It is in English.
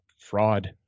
fraud